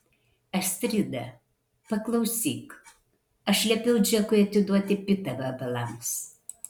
astrida paklausyk aš liepiau džekui atiduoti pitą vabalams